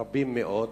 רבים מאוד,